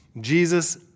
Jesus